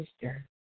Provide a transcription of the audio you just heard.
sister